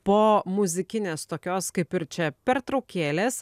po muzikinės tokios kaip ir čia pertraukėlės